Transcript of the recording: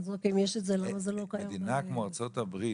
יש את זה אז למה זה לא קיים --- מדינה כמו ארצות הברית,